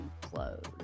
close